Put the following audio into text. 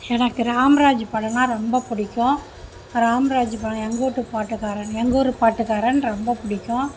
எனக்கு ராமராஜ் படனா ரொம்ப பிடிக்கும் ராமராஜ் படம் எங்கூட்டு பாட்டுக்காரன் எங்கூரு பாட்டுக்காரன் ரொம்ப பிடிக்கும்